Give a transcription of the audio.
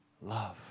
love